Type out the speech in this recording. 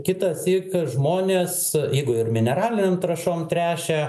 kitąsyk žmonės jeigu ir mineralinėm trąšom tręšia